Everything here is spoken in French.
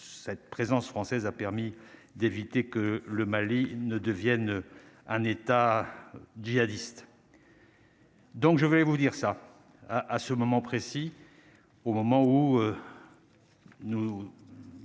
cette présence française a permis d'éviter que le Mali ne devienne un État djihadistes. Donc, je voulais vous dire ça à à ce moment précis, au moment où nous